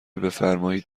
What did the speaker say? بفرمائید